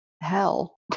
hell